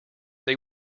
they